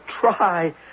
try